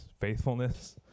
faithfulness